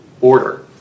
order